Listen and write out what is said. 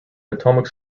potomac